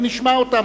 ונשמע אותם,